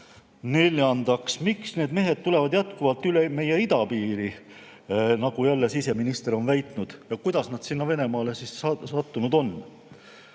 Neljandaks: miks need mehed tulevad jätkuvalt üle meie idapiiri, nagu siseminister on väitnud, ja kuidas nad sinna Venemaale sattunud on?